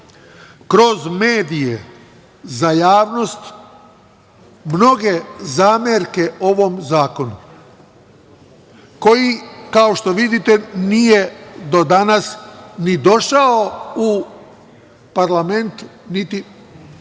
kroz medije za javnost mnoge zamerke ovom zakonu, koji, kao što vidite, nije do danas ni došao u parlament, niti